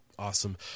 Awesome